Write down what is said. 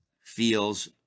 feels